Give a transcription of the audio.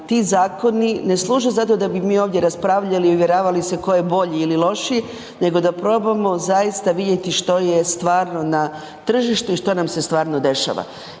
ti zakoni ne služe za to da bi mi ovdje raspravljali i uvjeravali se tko je bolji ii lošiji nego da probamo zaista vidjeti što je stvarno na tržištu i što nam se stvarno dešava.